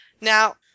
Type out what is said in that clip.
Now